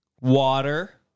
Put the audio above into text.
water